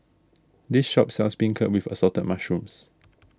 this shop sells Beancurd with Assorted Mushrooms